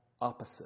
opposite